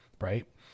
right